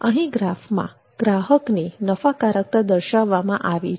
અહીં ગ્રાફમાં ગ્રાહકની નફાકારકતા દર્શાવવામાં આવી છે